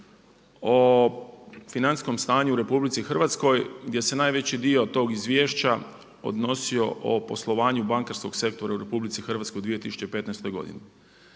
o financijskom stanju u RH gdje se najveći dio tog izvješća odnosio o poslovanju bankarskog sektora u RH u 2015. godini.